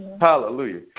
Hallelujah